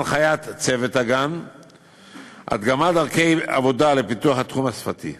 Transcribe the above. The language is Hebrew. הנחיית צוות הגן והדגמת דרכי עבודה לפיתוח התחום השפתי,